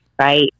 right